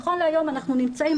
נכון להיום תכנית